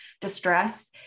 distress